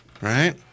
Right